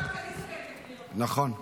--- הליכוד --- די,